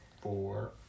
four